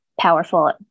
powerful